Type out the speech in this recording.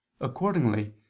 Accordingly